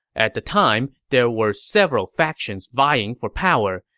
at the time, there were several factions vying for power,